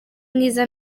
mwiza